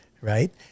right